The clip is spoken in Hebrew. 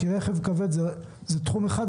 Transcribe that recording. כי רכב כבד זה תחום אחד,